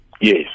Yes